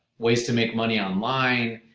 ways to make money online.